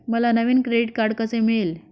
मला नवीन credit card कसे मिळेल?